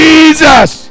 Jesus